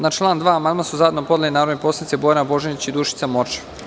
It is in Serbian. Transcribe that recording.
Na član 2. amandman su zajedno podnele narodni poslanici Bojana Božanić i Dušica Morčev.